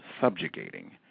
subjugating